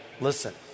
Listen